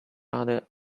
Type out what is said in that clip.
other